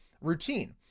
routine